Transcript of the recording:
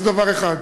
זה דבר אחד.